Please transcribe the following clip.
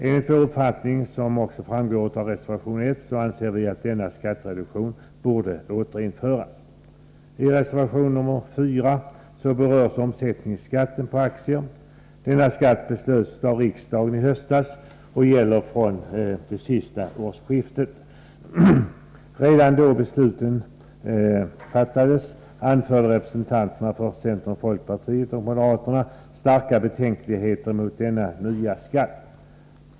Enligt vår uppfattning, som framgår av reservation 1, bör denna skattereduktion återinföras. Redan då beslutet fattades anförde representanter för centern, folkpartiet och moderaterna starka betänkligheter mot denna nya skatt.